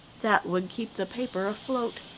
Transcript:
that would keep the paper afloat.